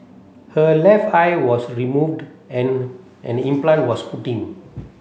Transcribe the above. her left eye was removed and an implant was put in